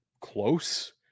close